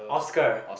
Oscar